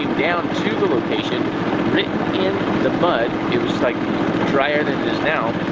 down to the location, written in the mud, it was like drier than it is now,